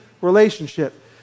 relationship